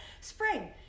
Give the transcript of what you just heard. Spring